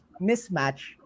mismatch